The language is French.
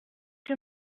que